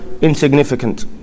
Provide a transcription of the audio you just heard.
insignificant